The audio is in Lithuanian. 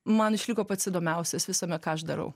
man išliko pats įdomiausias visame ką aš darau